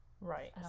Right